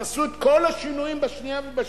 תעשו את כל השינויים בשנייה ובשלישית.